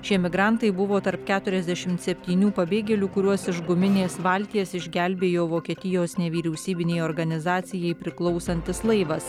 šie migrantai buvo tarp keturiasdešimt septynių pabėgėlių kuriuos iš guminės valties išgelbėjo vokietijos nevyriausybinei organizacijai priklausantis laivas